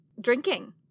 drinking